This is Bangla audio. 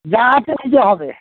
যা আছে নিতে হবে